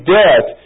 death